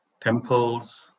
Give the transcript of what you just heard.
temples